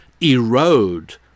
erode